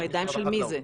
בידיים של מי זה?